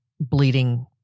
bleeding